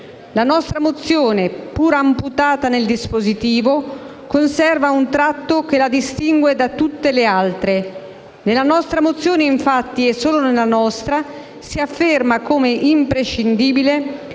La nostra mozione, pur amputata nel dispositivo, conserva un tratto che la distingue da tutte le altre: nella nostra mozione, infatti, e solo nella nostra, si afferma come imprescindibile